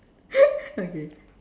okay